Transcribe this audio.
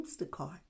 Instacart